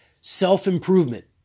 self-improvement